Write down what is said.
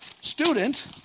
student